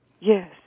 Yes